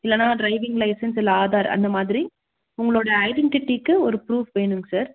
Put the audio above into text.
இல்லைன்னா driving licence இல்லை ஆதார் அந்த மாதிரி உங்களோடய ஐடின்டிட்டிக்கு ஒரு ப்ரூஃப் வேணுங்க சார்